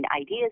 ideas